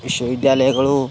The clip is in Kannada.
ವಿಶ್ವವಿದ್ಯಾಲಯಗಳು